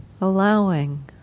Allowing